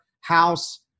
house